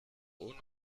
ohne